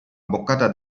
boccata